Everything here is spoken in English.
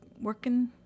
working